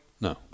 No